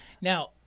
Now